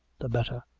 the better.